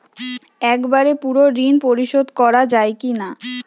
একবারে পুরো ঋণ পরিশোধ করা যায় কি না?